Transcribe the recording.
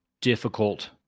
difficult